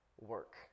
work